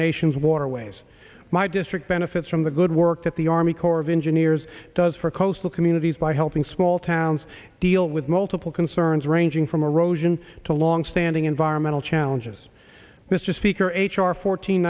nation's waterways my district benefits from the good work that the army corps of engineers does for coastal communities by helping small towns deal with multiple concerns ranging from erosion to long standing environmental challenges mr speaker h r fourteen